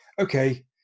okay